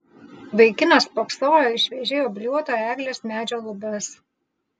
vaikinas spoksojo į šviežiai obliuoto eglės medžio lubas